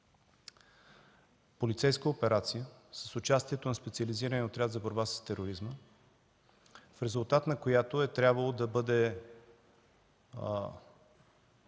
полицейска операция с участието на Специализирания отряд за борба с тероризма, в резултат на която е трябвало